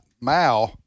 Mao